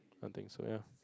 I think so ya